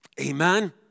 Amen